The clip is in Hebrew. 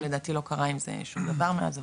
לדעתי לא קרה עם זה שום דבר מאז,